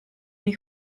nei